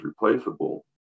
replaceable